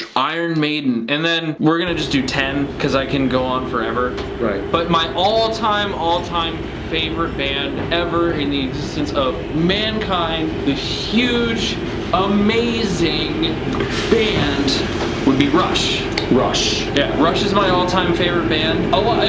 iron maiden and then we're gonna just do ten because i can go on forever, right but my all-time all-time favorite band ever in the existence of mankind this huge amazing band would be rush rush. yeah rush is my all-time favorite band oh,